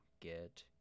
get